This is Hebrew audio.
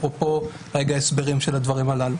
אפרופו ההסברים של הדברים הללו.